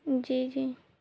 جی جی